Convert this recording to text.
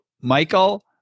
Michael